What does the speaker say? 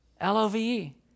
L-O-V-E